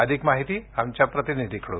अधिक माहिती आमच्या प्रतिनिधीकडून